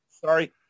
Sorry